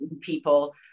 people